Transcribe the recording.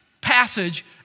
passage